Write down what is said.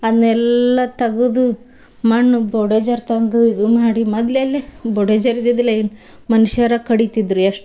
ಅದನ್ನೆಲ್ಲ ತಗದು ಮಣ್ಣು ಬುಡೆಜರ್ ತಂದು ಇದು ಮಾಡಿ ಮೊದ್ಲೆಲ್ಲ ಬುಡೆಜರ್ ಇದಿದ್ದಿಲ್ಲ ಏ ಮನ್ಷರು ಕಡಿತಿದ್ರು ಎಷ್ಟು